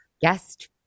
guest